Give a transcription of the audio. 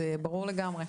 זה ברור לגמרי.